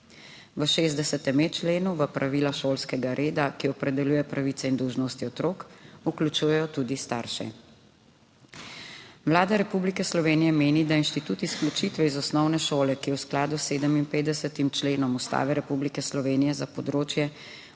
V 60.e členu, Pravila šolskega reda, ki opredeljuje pravice in dolžnosti otrok, vključujejo tudi starše. Vlada Republike Slovenije meni, da je inštitut izključitve iz osnovne šole, ki je v skladu s 57. členom Ustave Republike Slovenije za področje